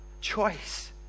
choice